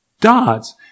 dots